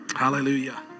Hallelujah